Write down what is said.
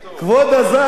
כבוד השר,